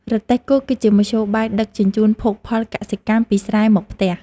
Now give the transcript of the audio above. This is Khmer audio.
រទេះគោគឺជាមធ្យោបាយដឹកជញ្ជូនភោគផលកសិកម្មពីស្រែមកផ្ទះ។